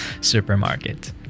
supermarket